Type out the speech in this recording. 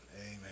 Amen